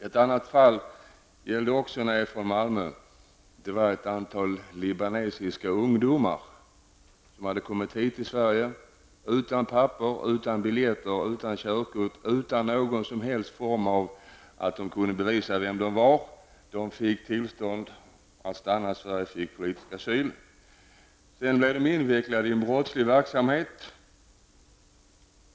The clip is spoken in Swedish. Ett annat fall gällde ett antal libanesiska ungdomar i Malmö. De hade kommit till Sverige utan papper, utan biljetter, utan körkort, utan något som helst dokument som kunde bevisa vilka de var. De fick tillstånd att stanna i Sverige och fick politisk asyl. Sedan blev de invecklade i en brottslig verksamhet.